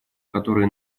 которые